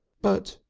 but!